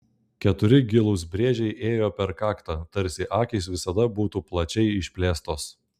keturi gilūs brėžiai ėjo per kaktą tarsi akys visada būtų plačiai išplėstos